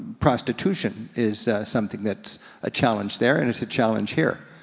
prostitution is something that's a challenge there, and it's a challenge here.